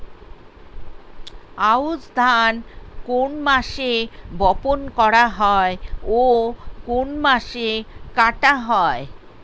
আউস ধান কোন মাসে বপন করা হয় ও কোন মাসে কাটা হয়?